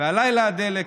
הלילה הדלק,